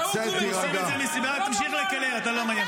תגיד לי, אתה נורמלי?